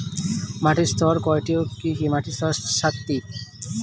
মাটির স্তর কয়টি ও কি কি?